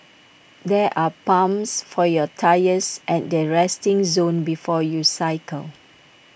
there are pumps for your tyres at the resting zone before you cycle